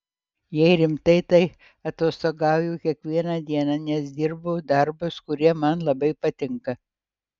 jei rimtai tai atostogauju kiekvieną dieną nes dirbu darbus kurie man labai patinka